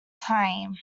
time